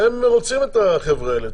הם רוצים את החבר'ה האלה,